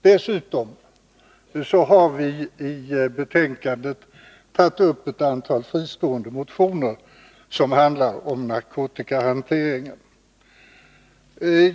Dessutom har vi i betänkandet tagit upp ett antal fristående motioner som handlar om narkotikahanteringen.